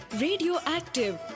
Radioactive